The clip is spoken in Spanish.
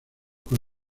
con